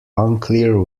unclear